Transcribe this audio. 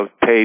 paid